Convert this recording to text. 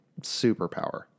superpower